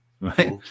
right